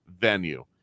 venue